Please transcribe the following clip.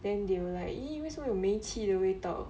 then they will like !ee! 为什么有煤气的味道